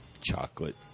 chocolate